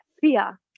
fear